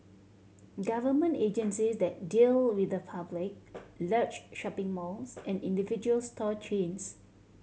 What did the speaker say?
government agencies that deal with the public large shopping malls and individual store chains